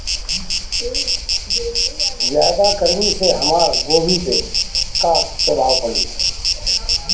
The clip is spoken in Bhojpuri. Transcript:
ज्यादा सर्दी से हमार गोभी पे का प्रभाव पड़ी?